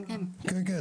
כן, כן.